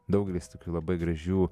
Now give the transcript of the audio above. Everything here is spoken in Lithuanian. daug vis tokių labai gražių